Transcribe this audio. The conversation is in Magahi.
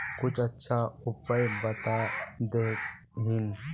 कुछ अच्छा उपाय बता देतहिन?